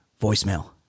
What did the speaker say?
Voicemail